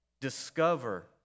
discover